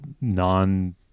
non—